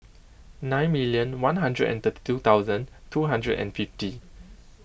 nine million one hundred and two thousand two hundred and fifty